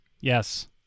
Yes